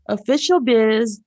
Officialbiz